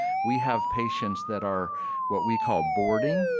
we have patients that are what we called boarding